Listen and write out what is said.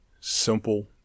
simple